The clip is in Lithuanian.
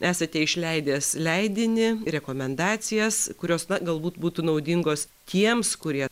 esate išleidęs leidinį rekomendacijas kurios na galbūt būtų naudingos tiems kurie